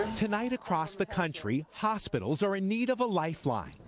tonight across the country, hospitals are in need of a lifeline.